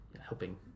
helping